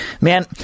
man